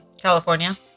California